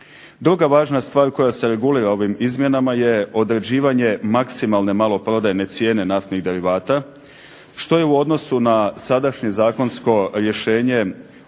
Druga važna stvar koja se regulira ovim izmjenama je određivanje maksimalne maloprodajne cijene naftnih derivata što je u odnosu na sadašnje zakonsko rješenje